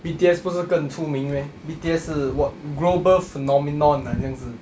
B_T_S 不是更出名 meh B_T_S 是 what global phenomenon 好像是